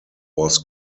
was